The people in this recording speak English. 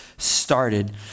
started